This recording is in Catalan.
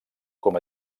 com